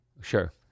Sure